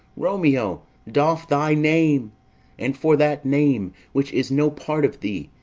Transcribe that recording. romeo, doff thy name and for that name, which is no part of thee,